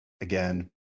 again